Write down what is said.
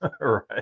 right